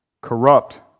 corrupt